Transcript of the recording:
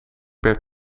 per